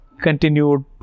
continued